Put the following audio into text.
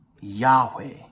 yahweh